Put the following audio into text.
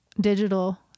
digital